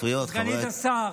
סגנית השר,